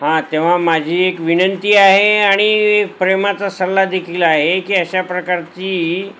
हा तेव्हा माझी एक विनंती आहे आणि प्रेमाचा सल्ला देखील आहे की अशा प्रकारची